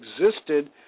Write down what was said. existed